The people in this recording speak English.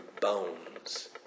bones